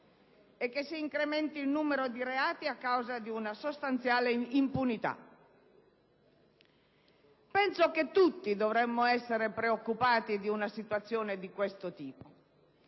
e che si incrementi il numero di reati a causa di una sostanziale impunità. Penso che tutti dovremmo essere preoccupati di una situazione di questo tipo,